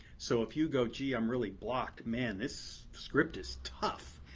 so, if you go, gee, i'm really blocked. man, this script is tough.